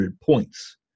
points